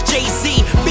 Jay-Z